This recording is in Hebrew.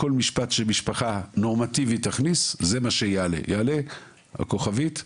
וכל משפט שמשפחה נורמטיבית הכניסה - תעלה הכוכבית הזאת.